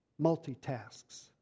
Multitasks